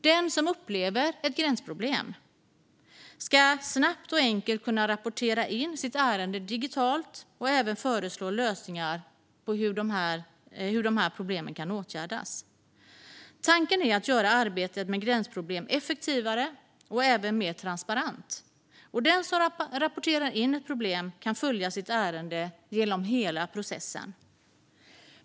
Den som upplever ett gränsproblem ska snabbt och enkelt kunna rapportera in sitt ärende digitalt och även kunna föreslå lösningar på hur problemen kan åtgärdas. Tanken är att göra arbetet med gränsproblem effektivare och även mer transparent. Och den som har rapporterat in ett problem kan följa sitt ärende genom hela processen.